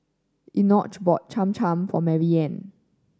Enoch bought Cham Cham for Maryanne